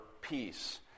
peace